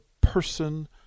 person